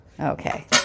Okay